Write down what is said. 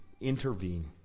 intervene